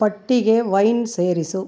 ಪಟ್ಟಿಗೆ ವೈನ್ ಸೇರಿಸು